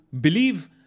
believe